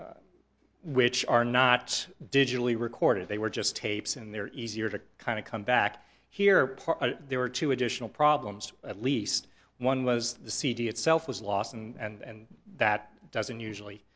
which are not digitally recorded they were just tapes and they're easier to kind of come back here there were two additional problems at least one was the cd itself was lost and that doesn't usually